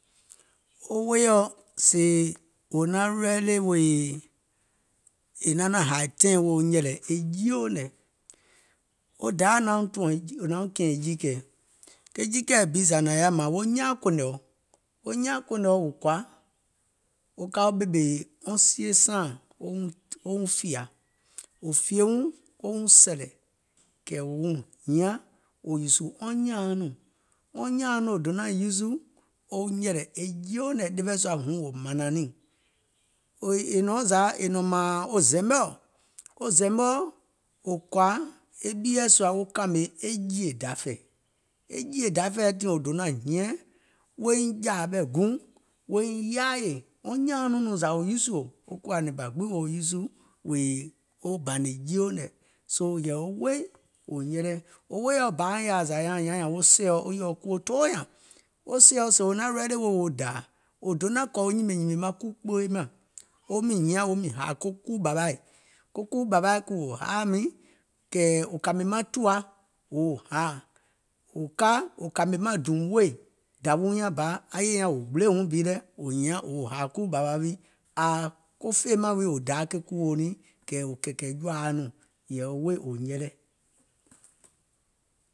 wo woìɔ sèè wò naŋ ready wèè, sèè è naȧŋ hàì taìŋ wèè wo nyɛ̀lɛ̀ jieuŋ nɛ̀, wo Dayà nauŋ kìɛ̀ŋ jiikɛ̀ɛ, ke jiikɛ̀ɛ bi zȧ nȧŋ yaȧ mȧȧŋ wo nyaankònèɔ, wo nyaankònèɔ kɔ̀ȧ wo ka wo ɓèmè wɔŋ sie saȧŋ wo wuŋ fìà, wò fìè wuŋ wo wuŋ sɛ̀lɛ̀, wo wuŋ hiȧŋ, kɛ̀ wò ùùsù wɔŋ nyaȧuŋ nɔɔ̀ŋ, wɔŋ nyaȧuŋ wò donȧŋ uusù wo nyɛ̀lɛ̀ e jieuŋ nɛ̀ ɗeweɛ̀ sua wuŋ wò mȧnȧŋ niìŋ, è nɔ̀ɔŋ zȧ mȧȧŋ wo zɛmɛɔ̀, wo zɛmɛɔ̀ wò kɔ̀ȧ e ɓieɛ̀ sùȧ wo kàmè e jìè dafɛ̀ɛ̀, e jìè dafɛ̀ɛ̀ɛ tiŋ wò donȧŋ hiɛ̀ŋ woiŋ jȧȧ ɓɛ̀ guùŋ, woiŋ yaayè, wɔŋ nyaȧuŋ nɔɔ̀ŋ nɔŋ zȧ wò uusùò, wo kuwȧ nɛ̀ŋ gbiŋ wèè wo uusù wèè wo bȧnè jieuŋ nɛ̀, soo yɛ̀ì wo woì wò nyɛlɛ, wo woìɔ bȧuŋ yaȧa zȧ aŋ nyàauŋ nyààŋ wo sɛ̀ɛ̀ɔ wo yèɔ kuwo tɔɔ nyȧŋ, wo sɛ̀ɛ̀ɔ sèè wo naȧŋ ready wèè wo dàà, wò donȧŋ kɔ̀ wo nyìmè nyìmè maŋ kuù kpee mȧŋ, wo miŋ hiȧŋ wo miŋ hȧȧ ko kuù ɓȧwaì, ko kuù ɓȧwaì wò haà mìŋ, kɛ̀ wò kàmè maŋ tùwa wòo haȧ, wò ka wò kȧmè maŋ dùùm woì dàwiuŋ nyȧŋ bȧ aŋ yè nyaŋ wò gbile wuŋ bi lɛ̀ wò hiȧŋ wò hȧȧ kuù ɓȧwa wii, ko fèemȧŋ wii wò daa ke kuòuŋ nɛɛ̀ŋ, kɛ̀ wò kɛ̀kɛ̀ jɔ̀ȧuŋ nɔɔ̀ŋ yɛ̀ì wo wòì wò nyɛlɛ.